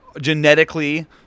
genetically